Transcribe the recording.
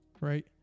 right